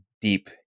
deep